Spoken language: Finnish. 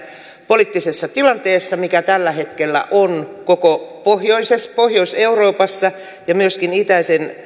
poliittisessa tilanteessa mikä tällä hetkellä on koko pohjois euroopassa ja myöskin itäisellä